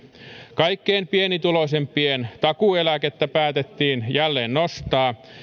kaikkein pienituloisimpien takuueläkettä päätettiin jälleen nostaa